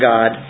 God